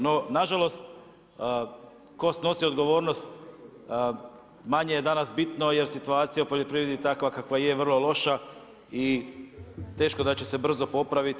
No, nažalost, tko snosi odgovornost manje je danas bitno jer situacija u poljoprivredi takva kakva je, vrlo loša i teško da će se brzo popraviti.